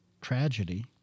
tragedy